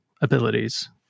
abilities